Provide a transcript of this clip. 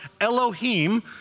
Elohim